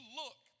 look